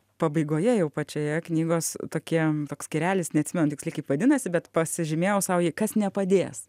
pabaigoje jau pačioje knygos tokie toks skyrelis neatsimenu tiksliai kaip vadinasi bet pasižymėjau sau jį kas nepadės